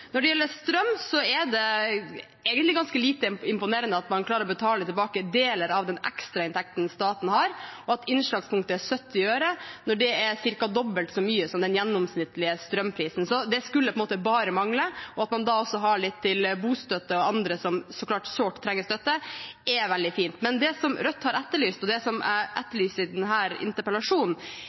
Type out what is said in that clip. Når det gjelder strøm, er det egentlig ganske lite imponerende at man klarer å betale tilbake deler av den ekstrainntekten staten har, og at innslagspunktet er 70 øre, når det er ca. dobbelt så mye som den gjennomsnittlige strømprisen. Det skulle på en måte bare mangle. At man da også har litt til bostøtte og til andre som så klart sårt trenger støtte, er veldig fint. Det Rødt har etterlyst, og som jeg etterlyser i denne interpellasjonen,